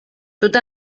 tot